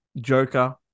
Joker